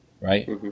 Right